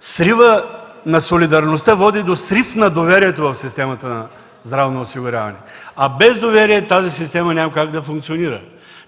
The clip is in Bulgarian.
сривът на солидарността води до срив на доверието в системата на здравното осигуряване, а без доверие тази система няма как да функционира.